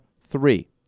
three